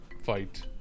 fight